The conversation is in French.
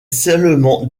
seulement